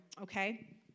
Okay